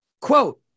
Quote